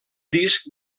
disc